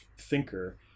thinker